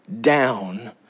down